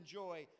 joy